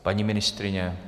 Paní ministryně?